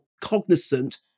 cognizant